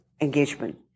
engagement